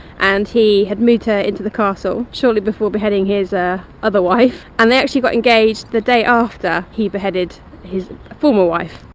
and he had moved her into the castle shortly before beheading his ah other wife. and they actually got engaged, the day after he beheaded his former wife.